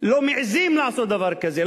לא מעזים לעשות דבר כזה.